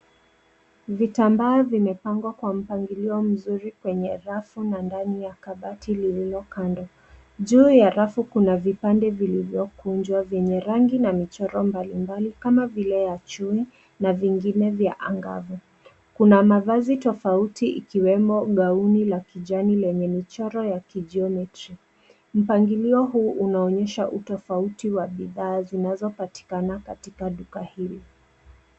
Vitambaa vimepangwa kwa mpangilio mzuri kwenye rafu na ndani ya kabati lililo kando, juu ya rafu kuna vipande vilivyokunjwa vyenye rangi na michoro mbalimbali kama vile ya chui na vingine vya angaza, kuna mavazi tofauti ikiwemo gauni la kijani lenye michoro ya kijiometry mpangilio huu unaonyesha utofauti wa bidhaa zinazopatikana katika duka hili.